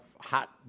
hot